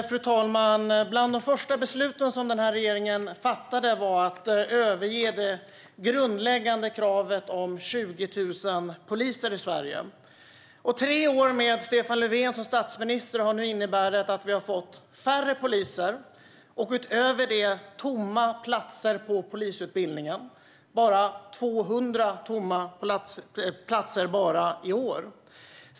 Fru talman! Bland de första beslut som denna regering fattade var att överge det grundläggande kravet om 20 000 poliser i Sverige. Tre år med Stefan Löfven som statsminister har inneburit att vi nu har färre poliser. Utöver det finns det tomma platser på polisutbildningen. Bara i år är det 200 tomma platser.